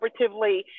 collaboratively